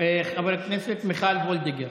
חברת הכנסת מיכל וולדיגר,